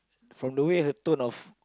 from the way the tone of